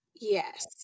Yes